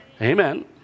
Amen